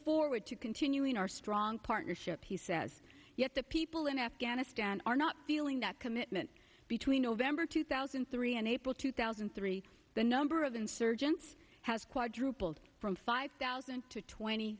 forward to continuing our strong partnership he says yet the people in afghanistan are not feeling that commitment between november two thousand and three and april two thousand and three the number of insurgents has quadrupled from five thousand to twenty